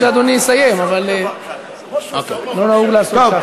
או שאדוני יסיים, אבל לא נהוג לעשות ככה.